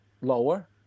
lower